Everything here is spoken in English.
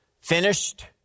Finished